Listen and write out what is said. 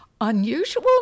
unusual